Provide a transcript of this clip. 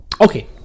okay